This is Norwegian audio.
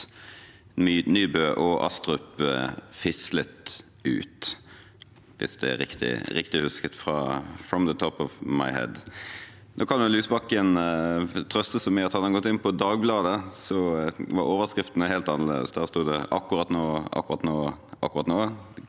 Nybø og Astrup fislet ut, hvis det er riktig husket «from the top of my head». Nå kan jo Lysbakken trøste seg med at hadde han gått inn på Dagbladet, var overskriften helt annerledes. Der står det at kontrollkomiteen